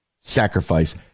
sacrifice